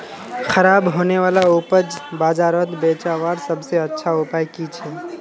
ख़राब होने वाला उपज बजारोत बेचावार सबसे अच्छा उपाय कि छे?